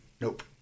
nope